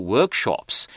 Workshops